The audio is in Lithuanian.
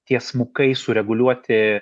tiesmukai sureguliuoti